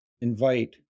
invite